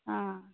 आं